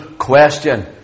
question